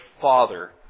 Father